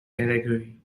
category